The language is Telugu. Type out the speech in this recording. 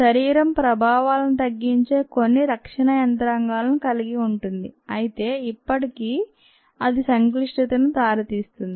శరీరం ప్రభావాలను తగ్గించే కొన్ని రక్షణ యంత్రాంగాలను కలిగి ఉంటుంది అయితే అప్పటికీ అది సంక్లిష్టతకు దారితీస్తుంది